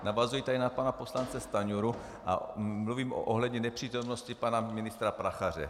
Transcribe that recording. Navazuji tady na pana poslance Stanjuru a mluvím ohledně nepřítomnosti pana ministra Prachaře.